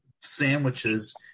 sandwiches